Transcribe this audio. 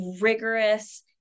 rigorous